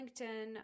LinkedIn